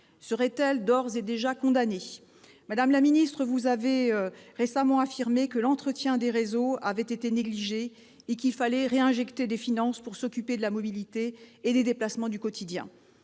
Seraient-elles d'ores et déjà condamnées ? Madame la ministre, vous avez récemment affirmé que l'entretien des réseaux avait été négligé et qu'il fallait réinjecter des finances pour « s'occuper de la mobilité et des déplacements du quotidien.